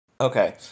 Okay